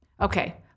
Okay